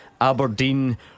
Aberdeen